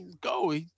go